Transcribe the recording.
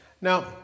Now